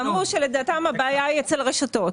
ואמרו שלדעתם הבעיה היא אצל הרשתות.